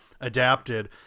adapted